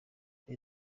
muri